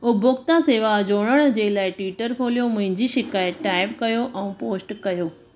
उपभोक्ता सेवा जोणणु जे लाइ ट्विटर खोलियो मुंहिंजी शिकाइतु टाइप कयो ऐं पोस्ट कयो